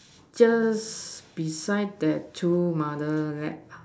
just beside that two mother lap